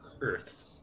Earth